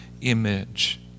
image